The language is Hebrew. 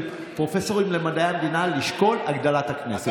עם פרופסורים למדעי המדינה, לשקול את הגדלת הכנסת.